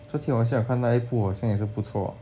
昨天晚上我看一部也是不错